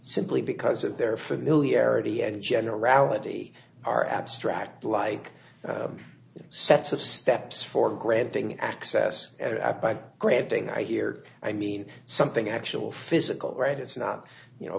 simply because of their familiarity and generality are abstract like sets of steps for granting access at by granting i here i mean something actual physical right it's not you know